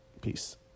Peace